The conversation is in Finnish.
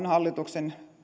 hallituksen